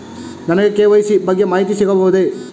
ನನಗೆ ಕೆ.ವೈ.ಸಿ ಬಗ್ಗೆ ಮಾಹಿತಿ ಸಿಗಬಹುದೇ?